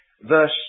verse